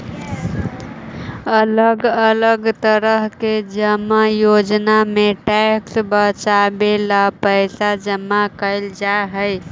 अलग अलग तरह के जमा योजना में टैक्स बचावे ला पैसा जमा कैल जा हई